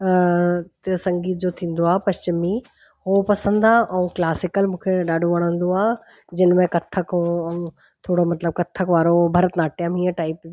संगीत जो थींदो आहे पश्चिमी हो पसंदि आहे ऐं क्लासिकल मूंखे ॾाढो वणंदो आहे जिनमें कथक हो ऐं थोरो मतिलबु कथक वारो भरतनाट्यम हीअं टाइप